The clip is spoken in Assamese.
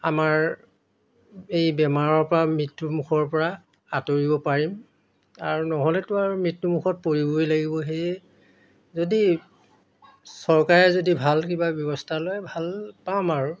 আমাৰ এই বেমাৰৰ পৰা মৃত্যু মুখৰ পৰা আঁতৰিব পাৰিম আৰু নহ'লেতো আৰু মৃত্যু মুখত পৰিবই লাগিব সেয়ে যদি চৰকাৰে যদি ভাল কিবা ব্যৱস্থা লয় ভাল পাম আৰু